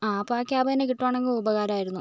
ആ അപ്പോൾ ആ ക്യാബ് തന്നെ കിട്ടുവാണെങ്കിൽ ഉപകാരമായിരുന്നു